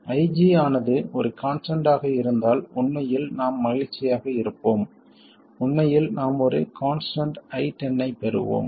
IG ஆனது ஒரு constant ஆக இருந்தால் உண்மையில் நாம் மகிழ்ச்சியாக இருப்போம் உண்மையில் நாம் ஒரு கான்ஸ்டன்ட் I10 ஐப் பெறுவோம்